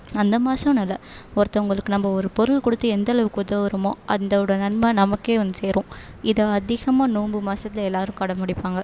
அந்த மாசன்னு இல்லை ஒருத்தவங்களுக்கு நம்ம ஒரு பொருள் கொடுத்து எந்தளவுக்கு உதவுறம் அந்த ஓட நன்மை நமக்கே வந்து சேரும் இதை அதிகமாக நோன்பு மாசத்தில் எல்லோரும் கடைப்புடிப்பாங்க